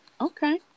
Okay